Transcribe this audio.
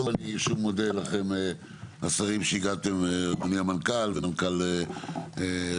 אני שוב מודה לכם השרים שהגעתם וגם לאדוני המנכ"ל ומנכ"ל רמ"י.